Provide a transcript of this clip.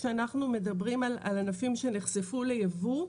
כשאנחנו מדברים על ענפים שנחשפו לייבוא,